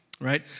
right